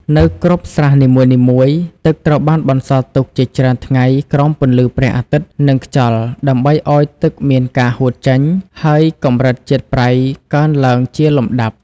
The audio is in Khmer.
នៅគ្រប់ស្រះនីមួយៗ ទឹកត្រូវបានបន្សល់ទុកជាច្រើនថ្ងៃក្រោមពន្លឺព្រះអាទិត្យនិងខ្យល់ដើម្បីឲ្យទឹកមានការហួតចេញ ហើយកម្រិតជាតិប្រៃកើនឡើងជាលំដាប់។